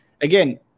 again